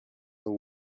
the